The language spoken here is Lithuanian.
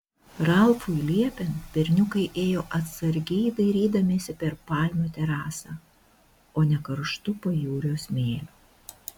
ralfui liepiant berniukai ėjo atsargiai dairydamiesi per palmių terasą o ne karštu pajūrio smėliu